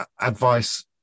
advice